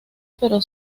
pero